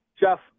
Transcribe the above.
Jeff